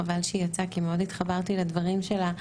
חבל שהיא יצאה כי מאוד התחברתי לדברים שלה,